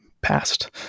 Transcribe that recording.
past